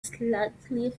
slightly